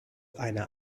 einer